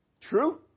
True